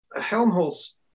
Helmholtz